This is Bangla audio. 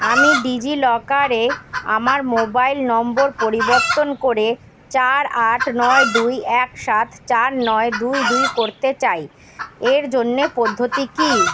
আমি ডিজিলকারে আমার মোবাইল নম্বর পরিবর্তন করে চার আট নয় দুই এক সাত চার নয় দুই দুই করতে চাই এর জন্যে পদ্ধতি কী